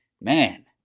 man